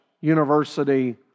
university